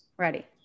ready